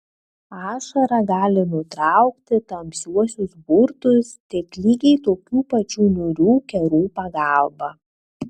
ašara gali nutraukti tamsiuosius burtus tik lygiai tokių pačių niūrių kerų pagalba